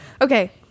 Okay